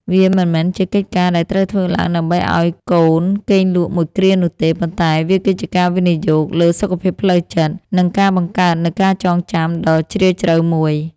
វាមិនមែនជាកិច្ចការដែលត្រូវធ្វើឡើងដើម្បីតែឱ្យកូនគេងលក់មួយគ្រានោះទេ ប៉ុន្តែវាគឺជាការវិនិយោគលើសុខភាពផ្លូវចិត្ត និងការបង្កើតនូវការចងចាំដ៏ជ្រាលជ្រៅមួយ